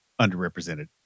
underrepresented